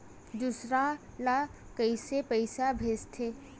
दूसरा ला कइसे पईसा भेजथे?